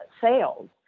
sales